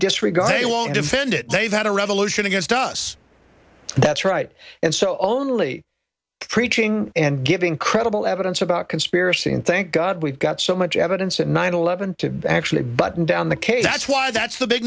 disregard they won't defend it they've had a revolution against us that's right and so only preaching and giving credible evidence about conspiracy and thank god we've got so much evidence of nine eleven to actually buttoned down the case that's why that's the big